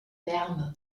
wärme